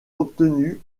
obtenu